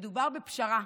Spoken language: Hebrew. מדובר בפשרה,